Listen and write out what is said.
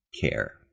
care